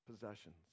possessions